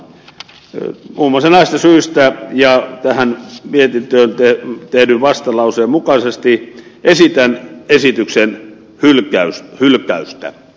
muun muassa näistä syistä ja tämän mietinnön vastalauseen mukaisesti esitän esityksen hylkäystä